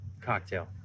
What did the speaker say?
Cocktail